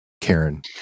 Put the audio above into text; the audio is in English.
Karen